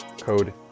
code